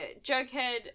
Jughead